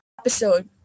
episode